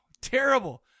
Terrible